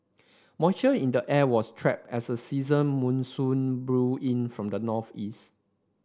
moisture in the air was trapped as a season monsoon blew in from the northeast